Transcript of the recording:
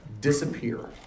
disappear